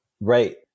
Right